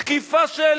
תקיפה של